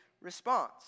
response